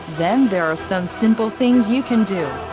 then there are some simple things you can do.